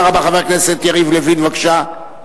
חבר הכנסת יריב לוין, בבקשה.